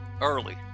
early